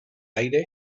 aire